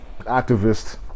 activist